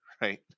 right